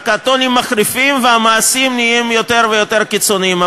רק הטונים מחריפים והמעשים נהיים יותר ויותר קיצוניים,